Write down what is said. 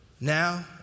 Now